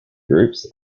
groups